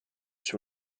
sur